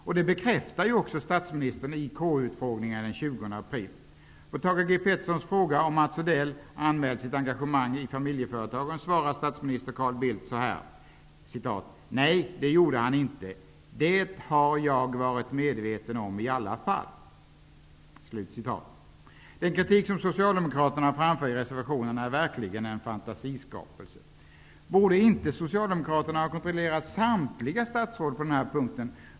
Detta bekräftade också statsministern vid KU utfrågningen den 20 april. På Thage G Petersons fråga om Mats Odell anmält sitt engagemang i familjeföretagen svarade statsminister Carl Bildt: ''Nej det gjorde han inte. Det har jag varit medveten om i alla fall.'' Den kritik som socialdemokraterna framför i reservationen är verkligen en fantasiskapelse. Borde inte socialdemokraterna ha kontrollerat samtliga statsråd på denna punkt?